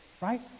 right